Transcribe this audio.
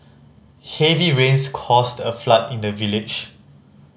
heavy rains caused a flood in the village